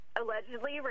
allegedly